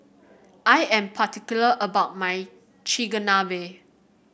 I am particular about my Chigenabe